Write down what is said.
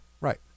Right